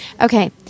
Okay